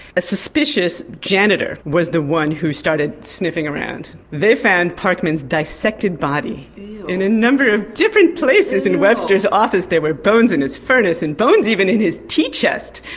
a suspicious janitor was the one who started sniffing around. they found parkman's dissected body in a number of different places in webster's office. there were bones in his furnace and bones even in his tea-chest.